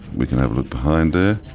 we can have a look behind there.